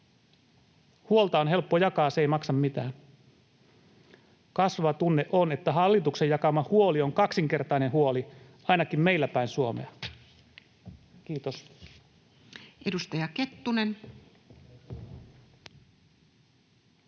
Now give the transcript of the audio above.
Huolta on helppo jakaa, se ei maksa mitään. Kasvava tunne on, että hallituksen jakama huoli on kaksinkertainen huoli, ainakin meillä päin Suomea. — Kiitos.